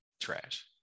trash